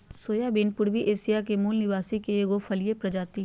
soybean पूर्वी Asia के मूल निवासी के एगो फलिय प्रजाति हइ